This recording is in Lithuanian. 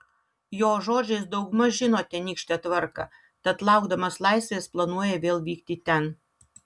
jo žodžiais daugmaž žino tenykštę tvarką tad laukdamas laisvės planuoja vėl vykti ten